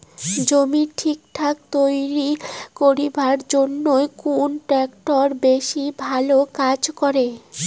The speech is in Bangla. জমি ঠিকঠাক তৈরি করিবার জইন্যে কুন ট্রাক্টর বেশি ভালো কাজ করে?